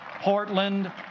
Portland